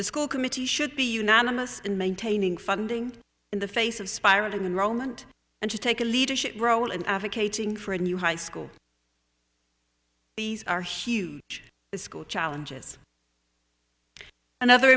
the school committee should be unanimous in maintaining funding in the face of spiraling and roland and to take a leadership role in advocating for a new high school these are huge school challenges another